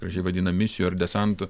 gražiai vadina misijų ar desantų